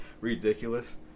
ridiculous